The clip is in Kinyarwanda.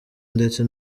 ndetse